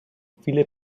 viele